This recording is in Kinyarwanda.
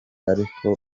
ariko